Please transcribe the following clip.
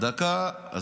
דקה, דקה.